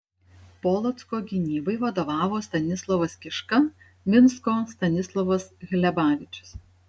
polocko gynybai vadovavo stanislovas kiška minsko stanislovas hlebavičius